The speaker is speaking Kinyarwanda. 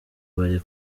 bari